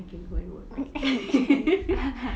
I can go and work